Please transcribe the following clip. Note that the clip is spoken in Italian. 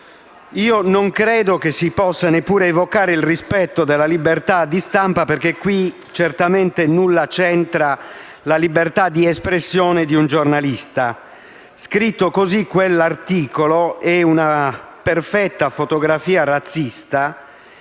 Non credo che si possa neppure evocare il rispetto della libertà di stampa, perché qui certamente nulla c'entra la libertà di espressione di un giornalista. Scritto così, quell'articolo è una perfetta fotografia razzista,